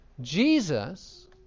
Jesus